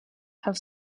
have